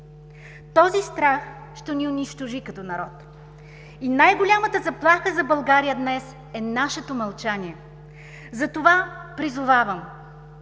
този страх ще ни унищожи като народ. И най-голямата заплаха за България днес е нашето мълчание. Затова призовавам: